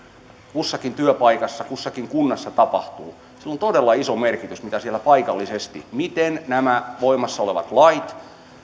kussakin työpaikassa kussakin kunnassa tapahtuu on todella iso merkitys miten siellä paikallisesti nämä voimassa olevat lait